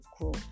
grow